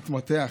להתמתח,